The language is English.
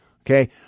Okay